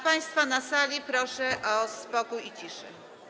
Państwa na sali proszę o spokój i ciszę.